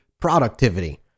productivity